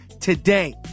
today